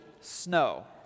snow